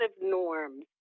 norms